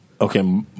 Okay